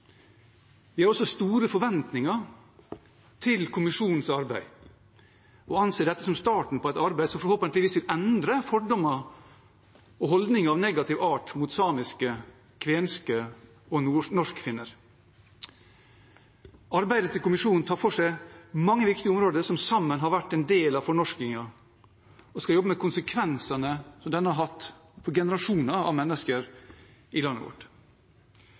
Vi har også store forventninger til kommisjonens arbeid og anser dette som starten på et arbeid som forhåpentligvis vil endre fordommer og holdninger av negativ art mot samer, kvener og norsk-finner. Kommisjonen skal i sitt arbeid ta for seg mange viktige områder som sammen har vært en del av fornorskingen, og skal jobbe med konsekvensene som denne har hatt for generasjoner av mennesker i landet vårt.